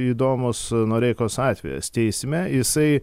įdomus noreikos atvejis teisme jisai